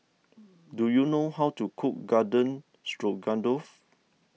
do you know how to cook Garden Stroganoff